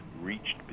reached